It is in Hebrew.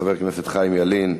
חבר הכנסת חיים ילין,